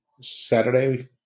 Saturday